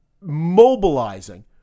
mobilizing